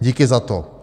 Díky za to.